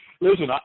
Listen